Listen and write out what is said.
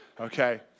okay